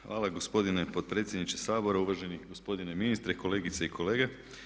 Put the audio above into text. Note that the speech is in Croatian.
Hvala gospodine potpredsjedniče Sabora, uvaženi gospodine ministre, kolegice i kolege.